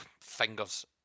fingers